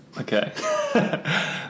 okay